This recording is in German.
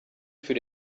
für